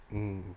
mmhmm